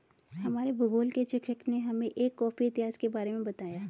हमारे भूगोल के शिक्षक ने हमें एक कॉफी इतिहास के बारे में बताया